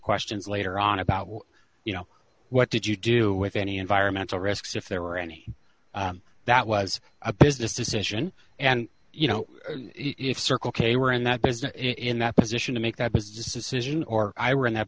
questions later on about what you know what did you do with any environmental risks if there were any that was a business decision and you know if circle k were in that business in that position to make that decision or i were in that